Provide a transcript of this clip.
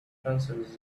pencils